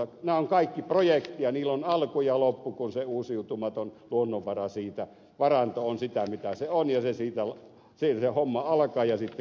nämä ovat kaikki projekteja niillä on alku ja loppu kun sen uusiutumattoman luonnonvaran varanto on sitä mitä se on ja siitä se homma alkaa ja sitten se loppuu